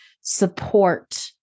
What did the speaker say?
support